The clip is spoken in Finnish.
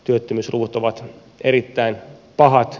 työttömyysluvut ovat erittäin pahat